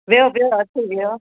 विहो विहो अचो विहो